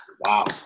Wow